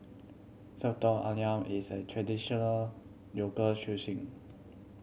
Soto Ayam is a traditional local